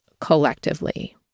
collectively